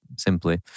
Simply